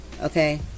Okay